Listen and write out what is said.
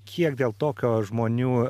kiek dėl tokio žmonių